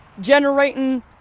generating